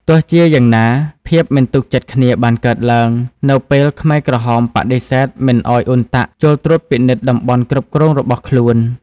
ទោះជាយ៉ាងណា ភាពមិនទុកចិត្តគ្នាបានកើតឡើង នៅពេលខ្មែរក្រហមបដិសេធមិនឱ្យអ៊ុនតាក់ចូលត្រួតពិនិត្យតំបន់គ្រប់គ្រងរបស់ខ្លួន។